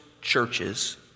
churches